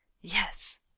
Yes